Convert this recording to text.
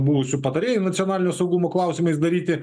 buvusiu patarėju nacionalinio saugumo klausimais daryti